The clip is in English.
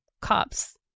cops